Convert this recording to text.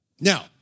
Now